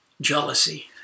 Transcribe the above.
Jealousy